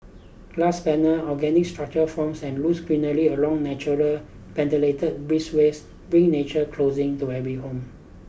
glass panels organic structural forms and lush greenery along naturally ventilated breezeways bring nature closing to every home